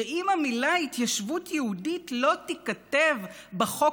שאם המילים "התיישבות יהודית" לא ייכתבו בחוק